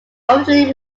ultimately